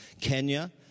Kenya